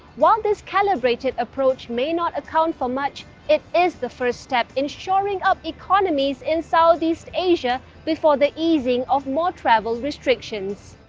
while this calibrated approach may not account for much, it is the first step in shoring up economies in southeast asia before the easing of more travel restrictions.